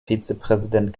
vizepräsident